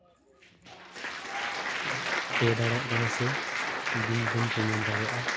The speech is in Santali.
ᱯᱮ ᱫᱟᱲᱮᱭᱟᱜ ᱠᱟᱱᱟ ᱥᱮ ᱵᱤᱞ ᱵᱚᱱ ᱯᱮᱢᱮᱱᱴ ᱫᱟᱲᱮᱭᱟᱜᱼᱟ